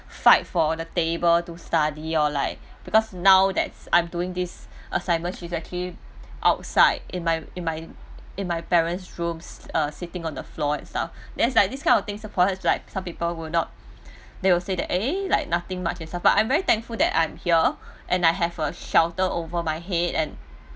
fight for the table to study or like because now that's I'm doing this assignment she's actually outside in my in my in my parent's room s~ uh sitting on the floor and stuff there is like this kind of thing supposed like some people would not they will say that eh like nothing much and stuff but I'm very thankful that I'm here and I have a shelter over my head and